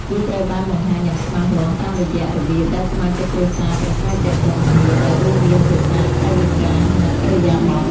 វាត្រូវបានបង្ហាញយ៉ាងច្បាស់លាស់តាមរយៈរបៀបដែលសមាជិកគ្រួសារប្រាស្រ័យទាក់ទងគ្នា ដែលរួមមាន ភាសា កាយវិការ និងឥរិយាបថ។